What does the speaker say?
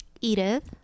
Edith